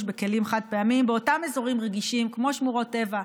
בכלים חד-פעמיים באותם אזורים רגישים כמו שמורות טבע,